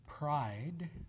Pride